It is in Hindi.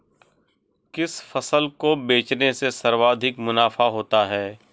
किस फसल को बेचने से सर्वाधिक मुनाफा होता है?